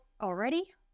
already